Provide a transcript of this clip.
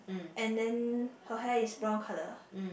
and then her hair is brown colour